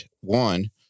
one